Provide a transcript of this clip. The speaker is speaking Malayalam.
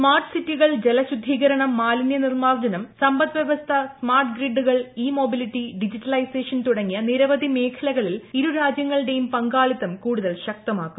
സ്മാർട്ട് സിറ്റികൾ ജല ശുദ്ധീകരണം മാലിനൃ നിർമാർജനം സമ്പദ്വൃവസ്ഥ സ്മാർട്ട് ഗ്രിഡുകൾ ഇ മൊബിലിറ്റി ഡിജിറ്റൈസേഷൻ തുടങ്ങി നിരവധി മേഖലകളിൽ ഇരു രാജൃങ്ങളും പങ്കാളിത്തം കൂടുതൽ ശക്തമാക്കും